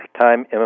time